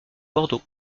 bordeaux